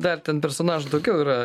dar ten personažų daugiau yra